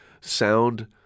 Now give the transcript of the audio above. sound